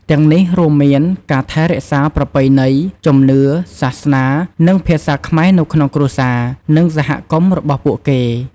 ទាំងនេះរួមមានការថែរក្សាប្រពៃណី ជំនឿ សាសនា និងភាសាខ្មែរនៅក្នុងគ្រួសារ និងសហគមន៍របស់ពួកគេ។